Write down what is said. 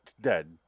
dead